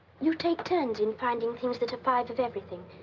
you take turns in finding things that have five of everything.